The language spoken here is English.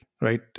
right